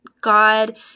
God